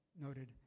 noted